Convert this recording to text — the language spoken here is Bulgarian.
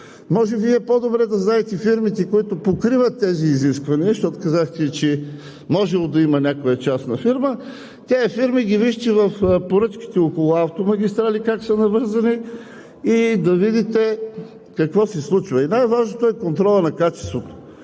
Може Вие по-добре да знаете фирмите, които покриват тези изисквания, защото казахте, че можело да има някоя частна фирма, тези фирми ги вижте в поръчките около автомагистралите как са навързани и да видите какво се случва. Най-важното е контролът на качеството.